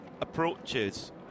approaches